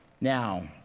Now